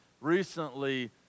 recently